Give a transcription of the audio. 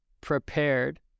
prepared